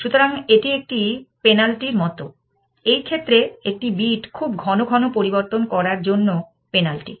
সুতরাং এটি একটি পেনাল্টি র মতো এই ক্ষেত্রে একটি বিট খুব ঘন ঘন পরিবর্তন করার জন্য পেনাল্টি